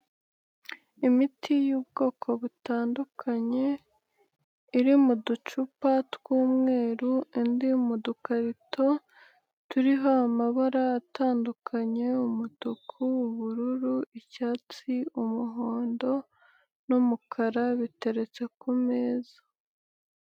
Imiti y'ubwoko butandukanye, iri mu ducupa tw'umweru indi mu dukarito, turiho amabara atandukanye umutuku, ubururu, icyatsi umuhondo n'umukara biteretse ku meza.